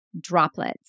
droplets